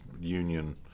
union